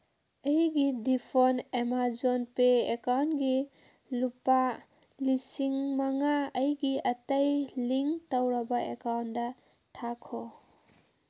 ꯑꯩꯒꯤ default Amazon Pay ꯑꯦꯀꯥꯎꯟꯒꯤ ꯂꯨꯄꯥ ꯂꯤꯁꯤꯡ ꯃꯉꯥ ꯑꯩꯒꯤ ꯑꯇꯩ ꯂꯤꯡ ꯇꯧꯔꯕ ꯑꯦꯀꯥꯎꯟꯗ ꯊꯥꯈꯣ